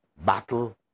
battle